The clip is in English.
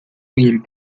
embed